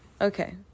Okay